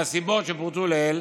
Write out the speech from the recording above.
מהסיבות שפורטו לעיל,